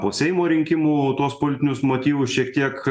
po seimo rinkimų tuos politinius motyvus šiek tiek